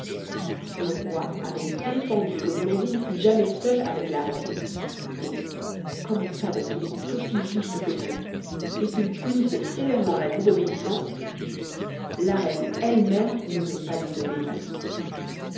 le roi avait défendu que blondine fût jamais seule avec la reine et comme on savait qu'il était aussi juste que bon et qu'il punissait sévèrement la désobéissance la reine elle-même n'osait pas désobéir